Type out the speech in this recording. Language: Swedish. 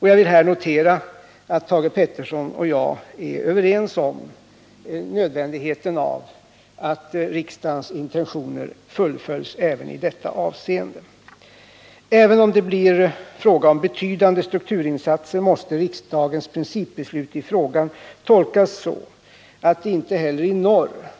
Jag vill notera att Thage Peterson och jag är överens om nödvändigheten av att riksdagens insatser fullf Även om det blir fråga om betydande strukturinsatser mäste riksdagens även i detta avseende. principbeslut i frågan tolkas så att det inte heller i norr.